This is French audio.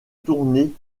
tournée